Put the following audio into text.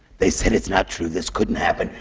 they said, it's not true. this couldn't happen.